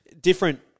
different